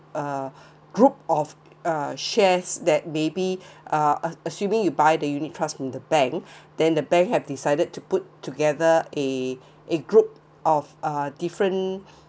uh group of uh shares that may be uh a~ assuming you buy the unit trust from the bank then the bank have decided to put together eh eh group of uh different